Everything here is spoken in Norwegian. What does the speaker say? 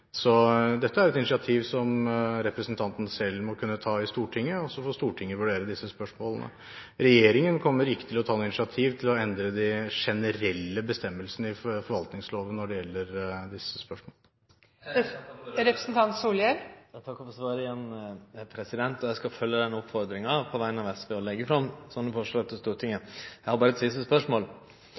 Dette er et initiativ som representanten selv må kunne ta i Stortinget, og så får Stortinget vurdere disse spørsmålene. Regjeringen kommer ikke til å ta noe initiativ til å endre de generelle bestemmelsene i forvaltningsloven når det gjelder disse spørsmålene. Eg takkar igjen for svaret, og eg skal følgje oppfordringa om på vegner av SV å leggje fram sånne forslag til Stortinget. Eg har berre eit siste spørsmål.